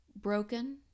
broken